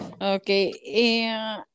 Okay